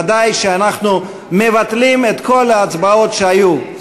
ודאי שאנחנו מבטלים את כל ההצבעות שהיו,